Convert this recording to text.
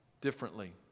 differently